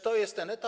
To jest ten etap.